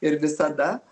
ir visada